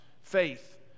faith